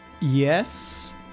Yes